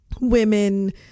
women